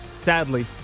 sadly